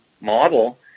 model –